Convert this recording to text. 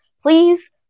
Please